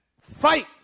fight